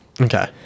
Okay